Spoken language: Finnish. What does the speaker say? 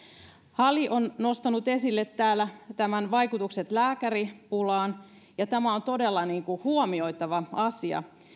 hali on nostanut esille täällä tämän vaikutukset lääkäripulaan ja tämä on todella huomioitava asia